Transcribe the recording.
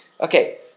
Okay